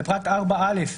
בפרט (4א),